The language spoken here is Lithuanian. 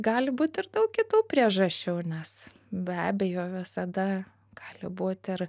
gali būt ir daug kitų priežasčių nes be abejo visada gali būt ir